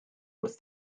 wrth